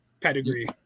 pedigree